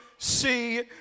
See